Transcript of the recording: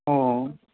অ